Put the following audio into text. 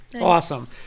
awesome